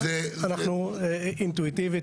אינטואיטיבית,